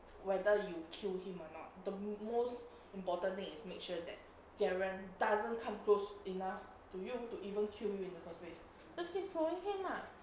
whether you kill him or not the most important thing is make sure that garen doesn't come close enough to you to even kill you in the first place just keep trolling him ah